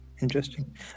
Interesting